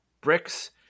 bricks